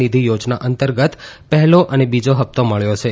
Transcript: નિધી યાજના અંતર્ગત પહેલા ને બીજા હપ્તા મળ્યા છે